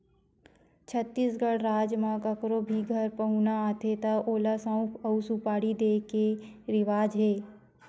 छत्तीसगढ़ राज म कखरो भी घर पहुना आथे त ओला सउफ अउ सुपारी दे के रिवाज हे